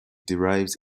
derives